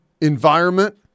environment